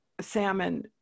salmon